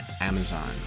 Amazon